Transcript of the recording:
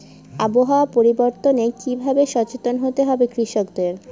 আবহাওয়া পরিবর্তনের কি ভাবে সচেতন হতে হবে কৃষকদের?